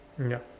mm ya